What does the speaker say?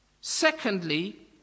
Secondly